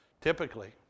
Typically